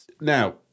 Now